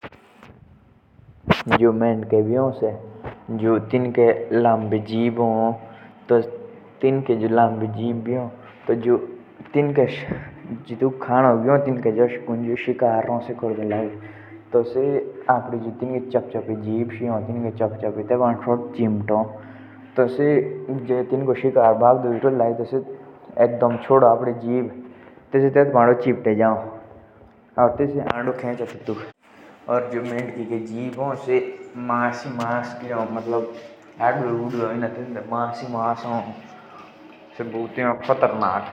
जो मेड़को भी हो। जो तिनके जीभ भी हो तो से चिपचिपे हो और जुष जे से कली शिकार भी करो तो से जादा आपड़े जीभा का इस्तेमाल करो क्योंकि तिनके जीभो पाडो जाओ से चिपके।